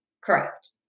Correct